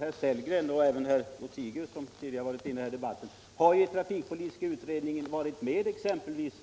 Herr Sellgren och herr Lothigius, som tidigare deltagit i debatten har i trafikpolitiska utredningen varit med om att exempelvis